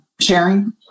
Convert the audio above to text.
sharing